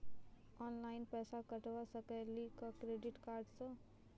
Online पैसा कटवा सकेली का क्रेडिट कार्ड सा?